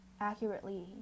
accurately